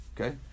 Okay